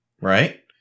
right